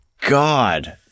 God